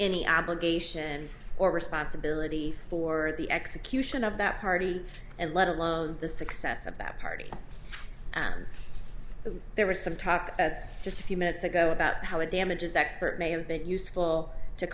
any obligation or responsibility for the execution of that party and let alone the success of that party and there was some talk at just a few minutes ago about how a damages expert may have been useful to